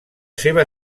seva